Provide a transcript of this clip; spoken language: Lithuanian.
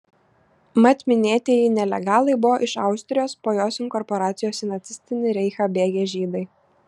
mat minėtieji nelegalai buvo iš austrijos po jos inkorporacijos į nacistinį reichą bėgę žydai